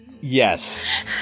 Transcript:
Yes